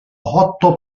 otto